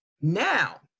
Now